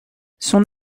son